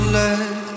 let